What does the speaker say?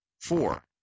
Four